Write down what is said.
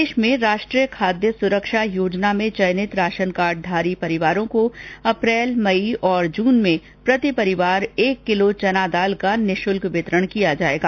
प्रदेश में राष्ट्रीय खाद्य सुरक्षा योजना में चयनित राशन कार्डधारी पात्र परिवारों को अप्रेल मई और जून में प्रति परिवार एक किलो चना दाल का निःशुल्क वितरण किया जायेगा